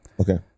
okay